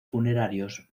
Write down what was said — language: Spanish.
funerarios